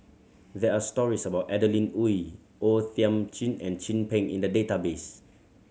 there are stories about Adeline Ooi O Thiam Chin and Chin Peng in the database